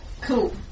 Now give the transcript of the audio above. cool